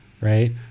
right